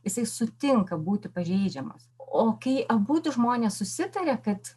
jisai sutinka būti pažeidžiamas o kai abudu žmonės susitaria kad